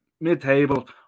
mid-table